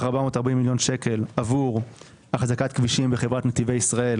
440 מיליון שקל עבור החזקת כבישים בחברת נתיבי ישראל